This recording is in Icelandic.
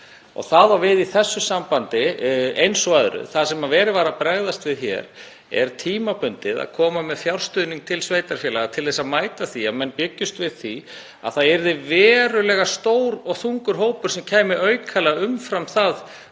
Það á við í þessu sambandi eins og öðru. Það sem verið var að bregðast við hér er að koma tímabundið með fjárstuðning til sveitarfélaga til að mæta því að menn bjuggust við því að það yrði verulega stór og þungur hópur sem kæmi aukalega umfram það